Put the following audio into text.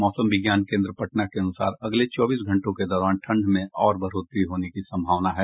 मौसम विज्ञान केन्द्र पटना के अनुसार अगले चौबीस घंटों के दौरान ठंड में और बढ़ोतरी होने की संभावना है